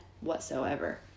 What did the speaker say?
whatsoever